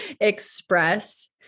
express